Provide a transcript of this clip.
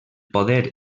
poder